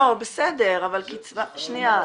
בסדר, כן,